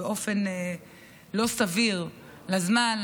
באופן לא סביר לזמן,